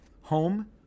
home